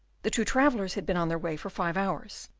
the two travellers had been on their way for five hours,